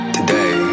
Today